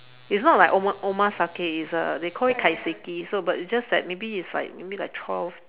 it's not like oma~ omasake it's a they called it kaiseki so but it's just like maybe it's like maybe like twelve